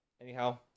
Anyhow